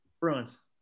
Bruins